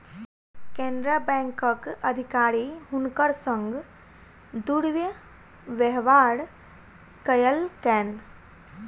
केनरा बैंकक अधिकारी हुनकर संग दुर्व्यवहार कयलकैन